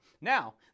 Now